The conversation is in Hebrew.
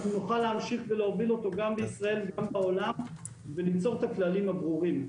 נוכל להוביל אותו גם בישראל וגם בעולם וליצור בו את הכללים ברורים.